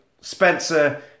Spencer